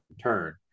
turn